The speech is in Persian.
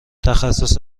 تخصص